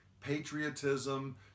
patriotism